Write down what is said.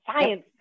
Science